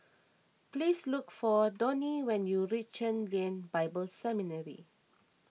please look for Donnie when you reach Chen Lien Bible Seminary